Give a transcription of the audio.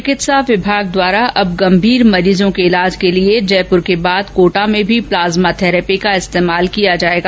चिकित्सा विभाग द्वारा अब गंभीर मरीजों के इलाज के लिए जयपुर के बाद कोटा में भी प्लाज्मा थैरेपी का इस्तेमाल किया जाएगा